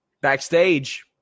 Backstage